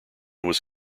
was